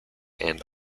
and